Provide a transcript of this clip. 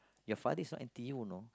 your father is not N_T_U you know